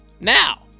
Now